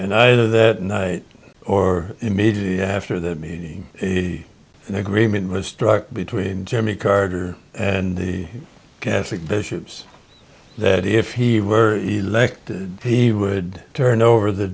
and either that or immediately after the meeting and agreement was struck between jimmy carter and the catholic bishops that if he were elected he would turn over the